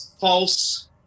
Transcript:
false